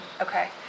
Okay